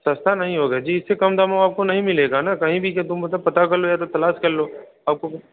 सस्ता नहीं होगा जी इसके कम दाम में आपको नहीं मिलेगा ना कहीं भी क्या तुम मतलब पता कर लो या तो तलाश कर लो आपको